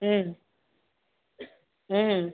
ம் ம்